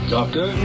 Doctor